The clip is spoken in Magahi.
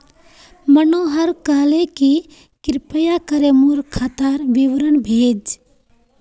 मनोहर कहले कि कृपया करे मोर खातार विवरण भेज